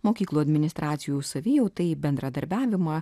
mokyklų administracijų savijautai bendradarbiavimą